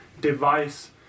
device